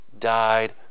died